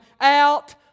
out